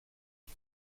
did